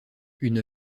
une